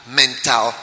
mental